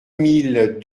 mille